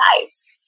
lives